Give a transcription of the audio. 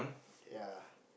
yea